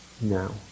now